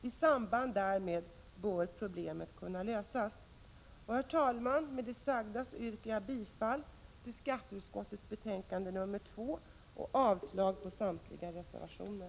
I samband därmed bör problemet kunna lösas. Med det sagda yrkar jag bifall till hemställan i skatteutskottets betänkande nr 2 och avslag på samtliga reservationer.